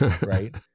right